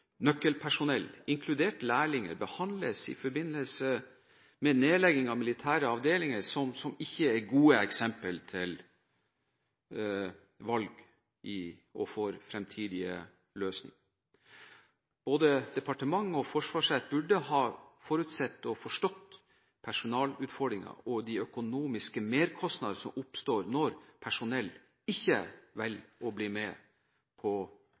nøkkelpersonell – også lærlinger – behandles i forbindelse med nedlegging av militære avdelinger, som ikke er gode eksempler for fremtidige løsninger. Både departement og forsvarssjef burde ha forutsett og forstått personalutfordringene og de økonomiske merkostnadene som oppstår når personell ikke velger å bli med på